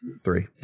three